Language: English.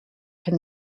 can